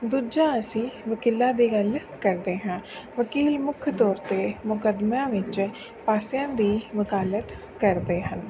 ਦੂਜਾ ਅਸੀਂ ਵਕੀਲਾਂ ਦੀ ਗੱਲ ਕਰਦੇ ਹਾਂ ਵਕੀਲ ਮੁੱਖ ਤੌਰ 'ਤੇ ਮੁਕੱਦਮਿਆਂ ਵਿੱਚ ਪਾਸਿਆਂ ਦੀ ਵਕਾਲਤ ਕਰਦੇ ਹਨ